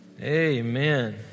Amen